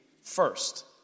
first